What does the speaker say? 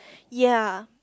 ya